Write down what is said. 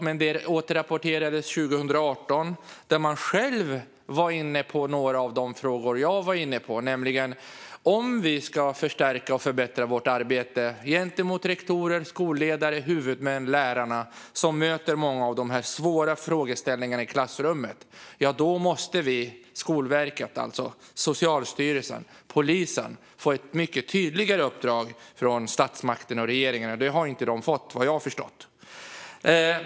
Men det återrapporterades 2018, och man var själv inne på några av de frågor jag var inne på: Om man ska förstärka och förbättra vårt arbete gentemot rektorer, skolledare, huvudmän och lärare som möter många av de här svåra frågeställningarna i klassrummet måste man, alltså Skolverket, Socialstyrelsen och polisen, få ett mycket tydligare uppdrag från statsmakterna och regeringen. Och det har man inte fått, vad jag har förstått.